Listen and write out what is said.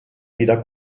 vida